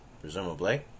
presumably